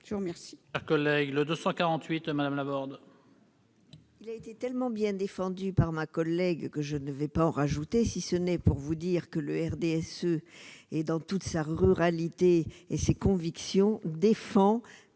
je vous remercie